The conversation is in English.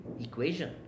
equation